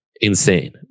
Insane